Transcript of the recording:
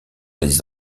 les